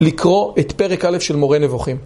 לקרוא את פרק א' של "מורה נבוכים".